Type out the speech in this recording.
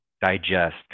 digest